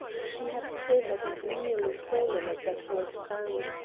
she had quivered and nearly fallen at that word found,